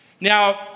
Now